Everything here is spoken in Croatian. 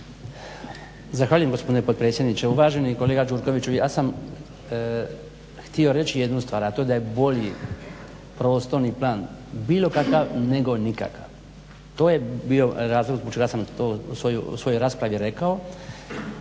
Zahvaljujem gospodine potpredsjedniče. Uvaženi kolega Đurkoviću ja sam htio reći jednu stvar a to je bolji prostorni plan bilo kakav nego nikakav. To je bio razlog zbog čega sam to u svojoj raspravi rekao.